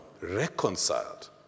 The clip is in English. reconciled